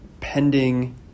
pending